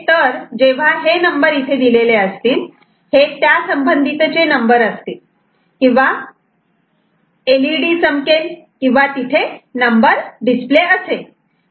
तर जेव्हा हे नंबर इथे दिलेले असतील हे त्यासंबंधीतचे नंबर असतील किंवा एलईडी चमकेल किंवा तिथे नंबर डिस्प्ले असेल